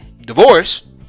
divorce